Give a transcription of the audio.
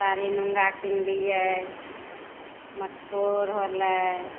साड़ी लुङ्गा किनलिए मटकोर होलै